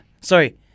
sorry